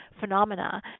phenomena